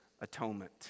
atonement